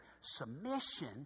submission